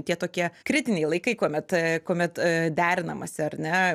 tie tokie kritiniai laikai kuomet kuomet derinamasi ar ne